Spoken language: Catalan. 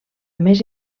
més